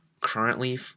Currently